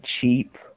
cheap